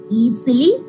easily